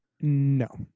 No